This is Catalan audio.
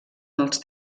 els